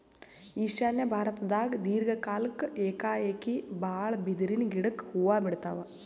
ಈಶಾನ್ಯ ಭಾರತ್ದಾಗ್ ದೀರ್ಘ ಕಾಲ್ಕ್ ಏಕಾಏಕಿ ಭಾಳ್ ಬಿದಿರಿನ್ ಗಿಡಕ್ ಹೂವಾ ಬಿಡ್ತಾವ್